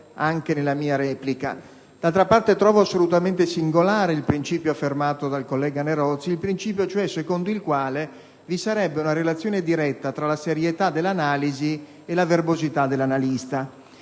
D'altra parte, trovo assolutamente singolare il principio, affermato dal collega Nerozzi, secondo il quale vi sarebbe una relazione diretta fra la serietà dell'analisi e la verbosità dell'analista.